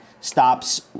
stops